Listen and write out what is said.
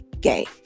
gay